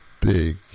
big